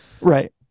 Right